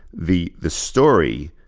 the the story